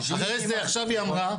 אחרי זה עכשיו היא אמרה,